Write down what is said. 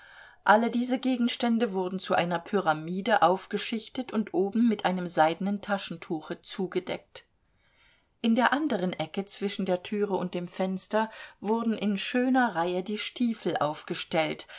alle diese gegenstände wurden zu einer pyramide aufgeschichtet und oben mit einem seidenen taschentuche zugedeckt in der anderen ecke zwischen der türe und dem fenster wurden in schöner reihe die stiefel aufgestellt